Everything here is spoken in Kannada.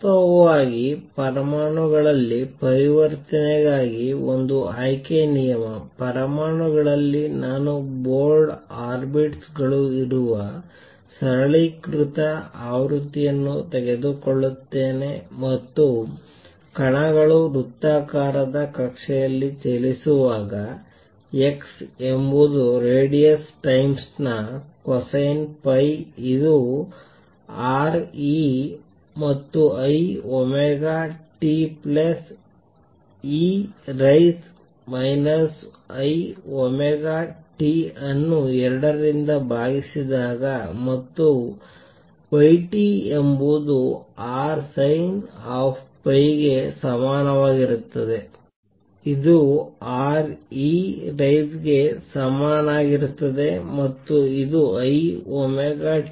ವಾಸ್ತವವಾಗಿ ಪರಮಾಣುಗಳಲ್ಲಿ ಪರಿವರ್ತನೆಗಾಗಿ ಒಂದು ಆಯ್ಕೆ ನಿಯಮ ಪರಮಾಣುಗಳಲ್ಲಿ ನಾನು ಬೋರ್ಡ್ ಅರ್ಬಿಟ್ ಗಳು ಇರುವ ಸರಳೀಕೃತ ಆವೃತ್ತಿಯನ್ನು ತೆಗೆದುಕೊಳ್ಳುತ್ತೇನೆ ಮತ್ತು ಕಣಗಳು ವೃತ್ತಾಕಾರದ ಕಕ್ಷೆಯಲ್ಲಿ ಚಲಿಸುವಾಗ x ಎಂಬುದು ರೇಡಿಯಸ್ ಟೈಮ್ಸ್ನ ಕೊಸೈನ್ phi ಇದು R e ಮತ್ತು i omega t plus e raises minus I omega t ಅನ್ನು 2 ರಿಂದ ಭಾಗಿಸಿದಾಗ ಮತ್ತು yt ಎಂಬುದು R sin of phi ಗೆ ಸಮನಾಗಿರುತ್ತದೆ ಇದು R e ರೈಜ್ಸ್ಗೆ ಸಮನಾಗಿರುತ್ತದೆ ಮತ್ತು ಇದು i omega t minus e raises ಯಿಂದ ಮೈನಸ್ i ಒಮೆಗಾ t ಅನ್ನು 2 i ರಿಂದ ಭಾಗಿಸಿದಾಗ ಒಮೆಗಾ ದಲ್ಲಿ ಫ್ರೀಕ್ವೇನ್ಸಿ ರೆವಲೂಷನ್ ಆಗಲಿದೆ